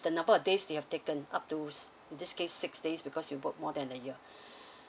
the number of days that you have taken up to s~ this case six days because you worked more than a year